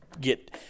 get